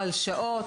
על שעות,